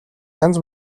янз